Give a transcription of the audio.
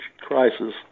crisis